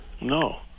No